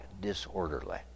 disorderly